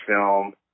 film